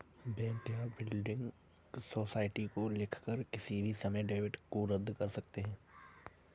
bank या building society को लिखकर किसी भी समय डेबिट को रद्द कर सकते हैं